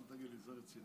נו, תגיד לי, זה רציני?